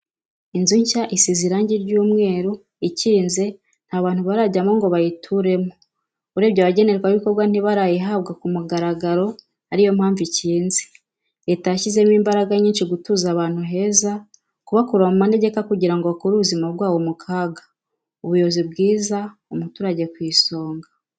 Inzu nshya isize irangi ry'umweru ikinze nta bantu barajyamo ngo bayituremo urebye abagenerwa bikorwa ntibarayihabwa kumugararo ariyo mpamvu ikinze leta yabishyizemo imbaraga nyinshi gutuza abantu heza kubakura mumanegeka kugirango bakure ubuzima bwabo mukaga. ubuyobozi bwiza umuturage kwisonga.